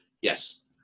Yes